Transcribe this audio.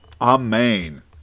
Amen